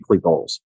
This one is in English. goals